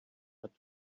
but